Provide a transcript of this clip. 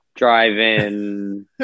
drive-in